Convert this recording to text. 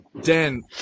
Dan